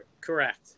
Correct